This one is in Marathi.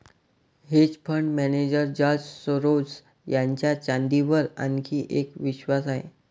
hedge fund manager George Soros यांचा चांदीवर आणखी एक विश्वास आहे